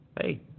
hey